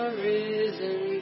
risen